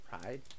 pride